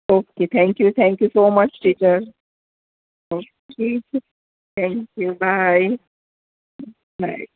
okay thank you thank you so much teacher okay thank you bye by